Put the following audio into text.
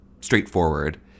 straightforward